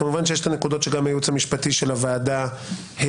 כמובן יש את הנקודות שגם היועץ המשפטי של הוועדה הציג,